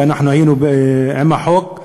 ואנחנו היינו עם החוק,